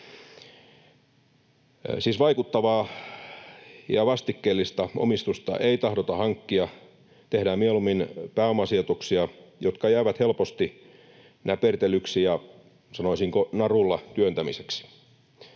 vaikuttavaa ja vastikkeellista omistusta ei tahdota hankkia, tehdään mieluummin pääomasijoituksia, jotka jäävät helposti näpertelyksi ja sanoisinko narulla työntämiseksi.